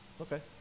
Okay